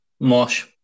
Mosh